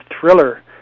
thriller